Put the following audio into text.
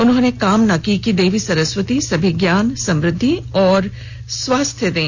उन्होंने कामना की कि देवी सरस्वती सभी ज्ञान समुद्धि और स्वास्थ्य दें